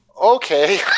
okay